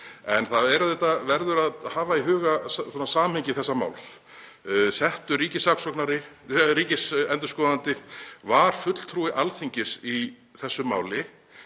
auðvitað að hafa í huga samhengi þessa máls. Settur ríkisendurskoðandi var fulltrúi Alþingis í þessu máli